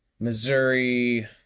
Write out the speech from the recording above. Missouri